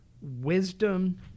wisdom